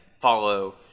follow